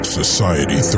Society